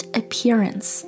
appearance